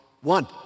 one